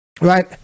Right